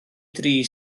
dri